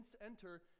enter